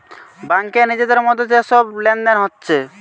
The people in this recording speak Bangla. ব্যাংকে নিজেদের মধ্যে যে সব লেনদেন হচ্ছে